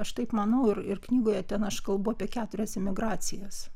aš taip manau ir ir knygoje ten aš kalbu apie keturias emigracijos